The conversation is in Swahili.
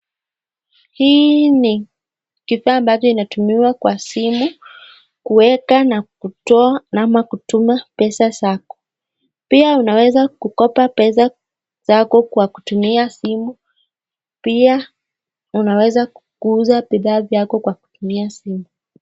Hii ni kifaa ambacho inatumiwa kwa simu, kuweka na kutoa ama kutuma pesa zako. Pia unaweza kukopa pesa zako kwa kutumia simu, pia unaweza kuuza bidhaa vyako kwa kutumia simu.